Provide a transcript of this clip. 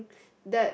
that